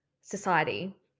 society